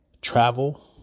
travel